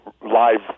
live